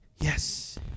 Yes